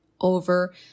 over